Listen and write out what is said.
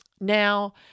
Now